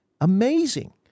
Amazing